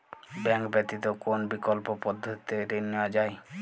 Bank ব্যতিত কোন বিকল্প পদ্ধতিতে ঋণ নেওয়া যায়?